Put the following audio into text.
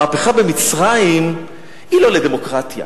המהפכה במצרים היא לא לדמוקרטיה,